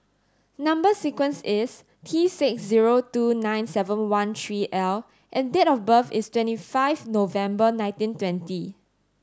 number sequence is T six zero two nine seven one three L and date of birth is twenty five November nineteen twenty